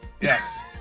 Yes